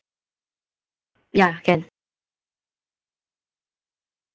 ya can